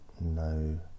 no